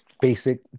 basic